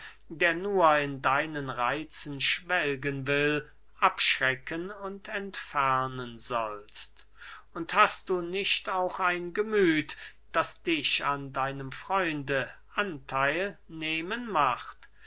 der nur in deinen reitzen schwelgen will abschrecken und entfernen sollst und hast du nicht auch ein gemüth das dich an deinem freunde antheil nehmen macht